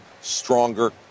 stronger